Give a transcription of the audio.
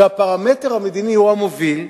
שהפרמטר המדיני הוא המוביל,